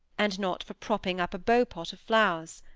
and not for propping up a beau-pot of flowers.